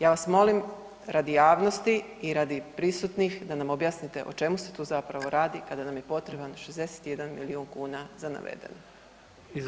Ja vas molim, radi javnosti i radi prisutnih da nam objasnite o čemu se tu zapravo radi kada nam je potreban 61 milijun kuna za navedeno.